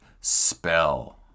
Spell